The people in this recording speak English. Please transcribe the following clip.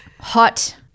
hot